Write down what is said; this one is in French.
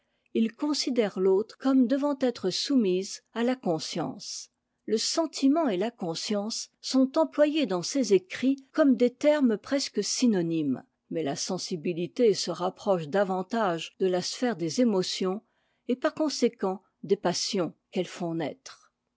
il considère l'autre comme devant être soumise à la conscience le sentiment et la conscience sont employés dans ses écrits comme des termes presque synonymes mais la sensibilité se rapproche davantage de la sphère des émotions et par conséquent des passions qu'elles font